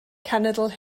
cenedl